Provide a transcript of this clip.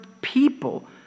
people